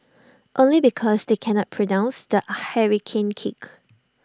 only because they cannot pronounce the hurricane kick